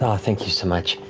um thank you so much.